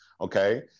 Okay